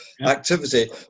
activity